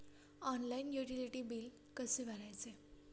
Online utility बिले कसे भरायचे?